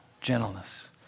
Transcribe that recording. gentleness